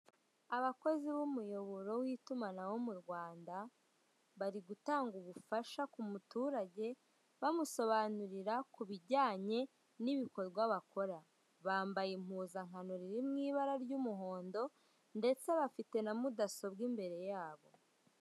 Abakozi b'umuyoboro w'itumanaho mu Rwanda bari gutanga ubufasha ku muturage bamusobanurira ku bijyanye n'ibikorwa bakora, bambaye impuzankano riri mu ibara ry'umuhondo ndetse bafite na mudasobwa imbere yabo.